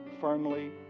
firmly